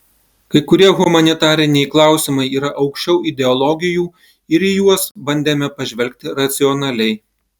kai kurie humanitariniai klausimai yra aukščiau ideologijų ir į juos bandėme pažvelgti racionaliai